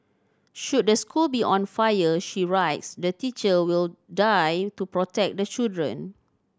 should the school be on fire she writes the teacher will die to protect the children